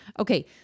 Okay